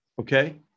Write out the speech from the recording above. okay